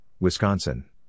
Wisconsin